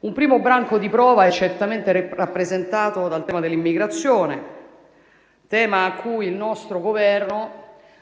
Un primo banco di prova è certamente rappresentato dal tema dell'immigrazione, a cui il nostro Governo